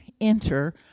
enter